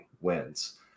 wins